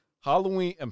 Halloween